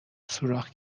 سوراخ